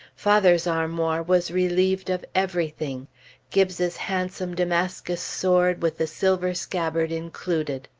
father's armoir was relieved of everything gibbes's handsome damascus sword with the silver scabbard included.